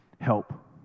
help